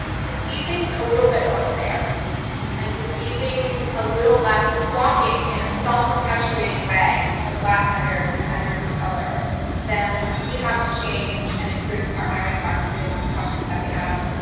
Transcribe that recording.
to see things a little bit more fair and to see things a little less blocking in a self-perpetuating way of black editors and editors of color then we have to change and improve our hiring practices, the questions that we ask,